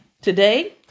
today